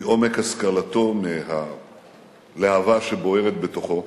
מעומק השכלתו, מהלהבה שבוערת בתוכו.